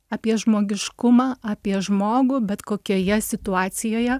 apie žmogiškumą apie žmogų bet kokioje situacijoje